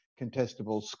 contestable